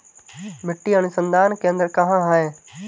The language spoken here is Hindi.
मिट्टी अनुसंधान केंद्र कहाँ है?